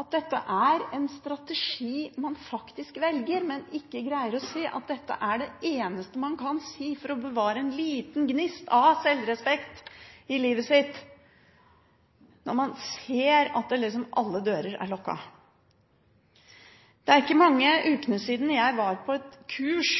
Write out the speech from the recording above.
at dette er en strategi man faktisk velger, og ikke greier å se at dette er det eneste man kan si for å bevare en liten gnist av sjølrespekt i livet sitt når man ser at alle dører er lukket. Det er ikke mange ukene siden jeg var på et kurs